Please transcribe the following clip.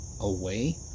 away